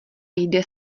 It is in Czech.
jde